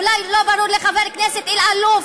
אולי לא ברור לחבר הכנסת אלאלוף,